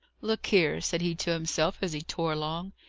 look here, said he to himself, as he tore along,